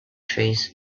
trees